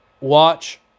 watch